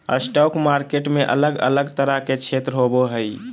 stock market में अलग अलग तरह के क्षेत्र होबो हइ